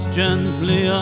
gently